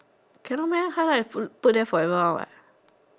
cannot meh highlight is put there for very long one what